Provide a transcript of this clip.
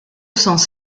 sens